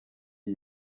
iyi